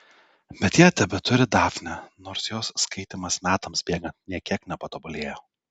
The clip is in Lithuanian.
bet jie tebeturi dafnę nors jos skaitymas metams bėgant nė kiek nepatobulėjo